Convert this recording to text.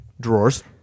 drawers